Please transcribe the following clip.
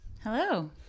Hello